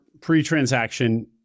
pre-transaction